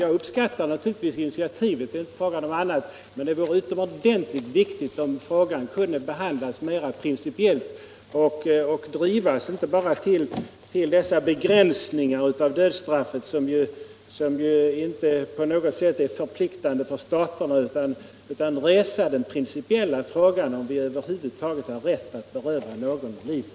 Jag uppskattar naturligtvis initiativet, det är inte fråga om annat, men det vore utomordentligt värdefullt om frågan kunde behandlas mer principiellt och drivas inte bara till begränsningar av dödsstraffet som inte på något sätt är förpliktigande för staterna utan att vi också kunde resa den principiella frågan om man över huvud taget har rätt att beröva någon människa livet.